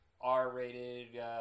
R-rated